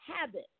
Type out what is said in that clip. habit